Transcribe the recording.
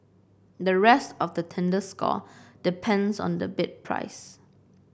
the rest of the tender score depends on the bid price